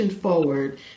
forward